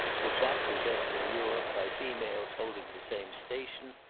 with that possessed in europe by females holding the same station,